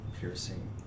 piercing